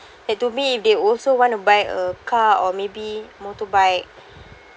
and to me they also wanna buy a car or maybe motorbike